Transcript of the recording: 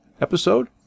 episode